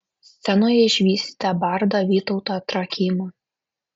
scenoje išvysite bardą vytautą trakymą